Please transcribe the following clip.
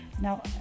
Now